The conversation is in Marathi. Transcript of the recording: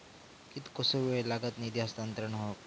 कितकोसो वेळ लागत निधी हस्तांतरण हौक?